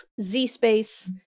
Z-Space